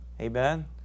Amen